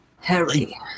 Harry